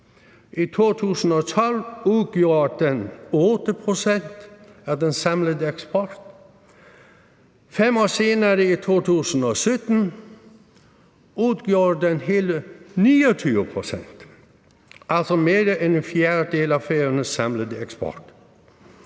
I 2012 udgjorde den 8 pct. af den samlede eksport. 5 år senere i 2017 udgjorde den hele 29 pct., altså mere end en fjerdedel af Færøernes samlede eksport.